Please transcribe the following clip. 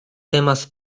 temas